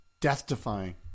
death-defying